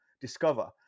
discover